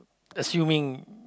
assuming